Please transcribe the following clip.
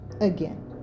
again